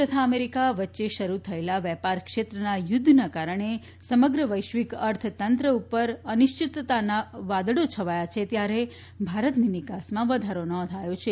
ચીન તથા અમેરિકા વચ્ચે શરૂ થયેલા વેપાર ક્ષેત્રના યુદ્ધના કારણે સમગ્ર વૈશ્વિક અર્થંતંત્ર ઉપર અનિશ્ચિતતાના વાદળો છવાયા છે ત્યારે ભારતની નિકાસમાં વધારો નોંધાયો છે